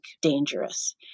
dangerous